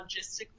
logistically